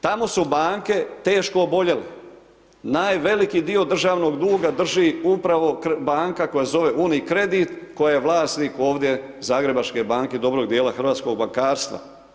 Tamo su banke teško oboljele, veliki dio državnog duga drži upravo banka koja se zove UniCredit, koja je vlasnik ovdje Zagrebačka banke, dobrog dijela hrvatskog bankarstva.